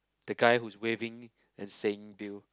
the guy who's waving and saying bill